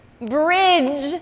bridge